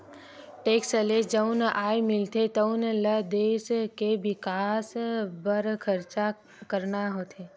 tax ले जउन आय मिलथे तउन ल देस के बिकास बर खरचा करना होथे